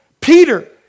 Peter